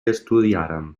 estudiàrem